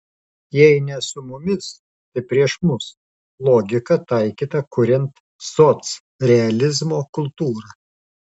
jei ne su mumis tai prieš mus logika taikyta kuriant socrealizmo kultūrą